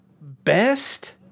best